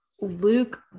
luke